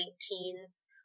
teens